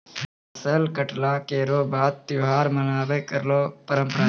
फसल कटला केरो बाद त्योहार मनाबय केरो परंपरा छै